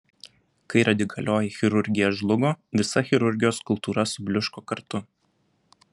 kai radikalioji chirurgija žlugo visa chirurgijos kultūra subliūško kartu